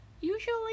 usually